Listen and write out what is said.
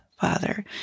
Father